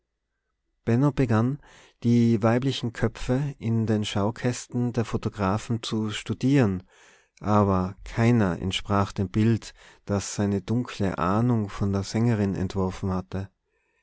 begann die weiblichen köpfe in den schaukästen der photographen zu studieren aber keiner entsprach dem bild das seine dunkle ahnung von der sängerin entworfen hatte